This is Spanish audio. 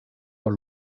con